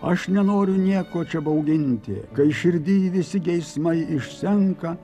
aš nenoriu nieko čia bauginti kai širdy visi geismai išsenka